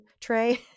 tray